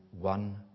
one